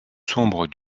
sombre